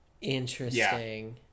Interesting